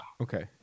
Okay